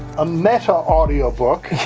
a meta-audiobook.